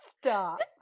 stop